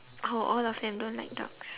oh all of them don't like dogs